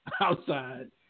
outside